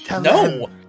No